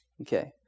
Okay